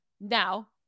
Now